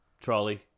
Trolley